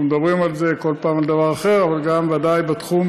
אבל ודאי בתחום